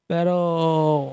Pero